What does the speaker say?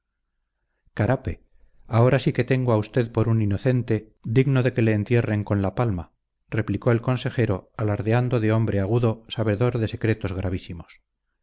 carape ahora sí que tengo a usted por un inocente digno de que le entierren con palma replicó el consejero alardeando de hombre agudo sabedor de secretos gravísimos